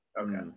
Okay